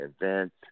events